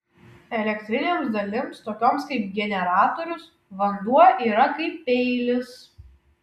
elektrinėms dalims tokioms kaip generatorius vanduo yra kaip peilis